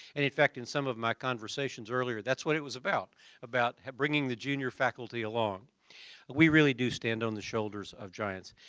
and in fact, in some of my conversations earlier, that's what it was about about bringing the junior faculty along. but we really do stand on the shoulders of giants.